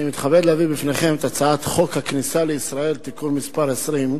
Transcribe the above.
אני מתכבד להביא בפניכם את הצעת חוק הכניסה לישראל (תיקון מס' 20),